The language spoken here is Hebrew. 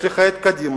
יש לך קדימה,